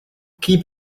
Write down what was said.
keep